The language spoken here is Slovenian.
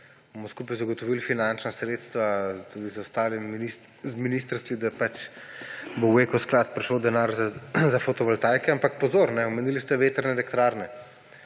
bomo zagotovili finančna sredstva tudi z ostalimi ministrstvi, da bo v Eko sklad prišel denar za fotovoltaiko. Ampak pozor, omenili ste vetrne elektrarne.